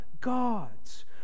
God's